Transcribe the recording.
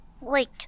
Wait